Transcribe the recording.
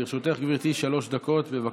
לרשותך, גברתי, שלוש דקות, בבקשה.